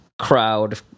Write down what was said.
crowd